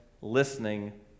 listening